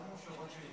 לא מאושרות שאילתות,